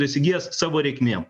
įsigijęs savo reikmėm